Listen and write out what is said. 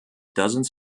dozens